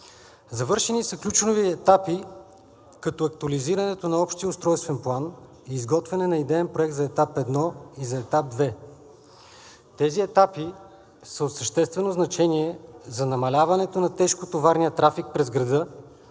Завършени са ключови етапи, като актуализирането на общия устройствен план и изготвяне на идеен проект за Етап I и Етап II. Тези етапи са от съществено значение за намаляването на тежкотоварния трафик през града,